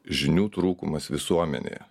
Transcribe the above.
žinių trūkumas visuomenėje